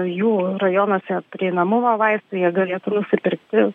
jų rajonuose prieinamumą vaistų jie galėtų nusipirkti